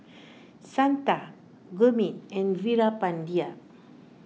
Santha Gurmeet and Veerapandiya